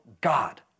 God